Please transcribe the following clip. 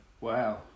Wow